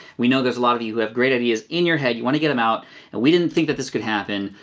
we know there's a lot of you that have great ideas in your head, you wanna get em out and we didn't think that this could happen.